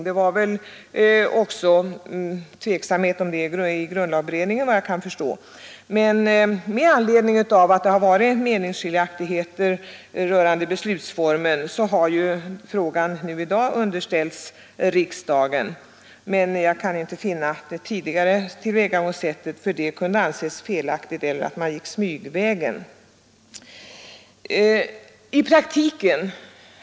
Efter vad jag förstår rådde det tveksamhet om den saken också i grundlagberedningen. Och eftersom det har rått meningsskiljaktigheter om beslutsformen har frågan i dag underställts riksdagen. Men jag kan inte finna att det tidigare tillvägagångssättet därför kan anses felaktigt eller att man här har gått smygvägar.